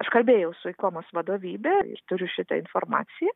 aš kalbėjau su ikomos vadovybe ir turiu šitą informaciją